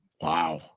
Wow